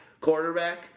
quarterback